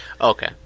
Okay